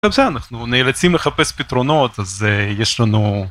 בסדר אנחנו נאלצים לחפש פתרונות, אז יש לנו...